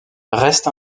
reste